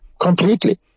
Completely